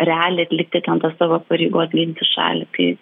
realiai atlikti ten tą savo pareigų apginti šalį tai